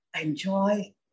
enjoy